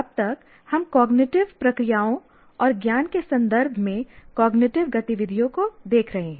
अब तक हम कॉग्निटिव प्रक्रियाओं और ज्ञान के संदर्भ में कॉग्निटिव गतिविधियों को देख रहे हैं